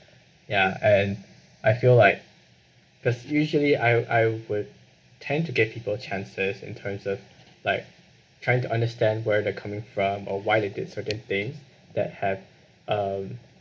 ya and I feel like cause usually I I would tend to give people chances in terms of like trying to understand where they're coming from or why they did certain things that have um